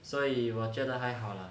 所以我觉得还好 lah